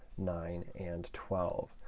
nine, and twelve.